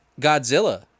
Godzilla